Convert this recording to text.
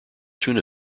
tuna